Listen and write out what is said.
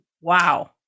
Wow